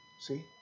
See